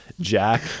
Jack